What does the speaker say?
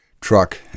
truck